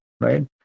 right